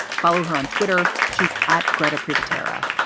follow her on twitter. she's at gretar privitera.